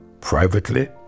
privately